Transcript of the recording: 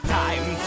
time